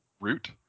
Root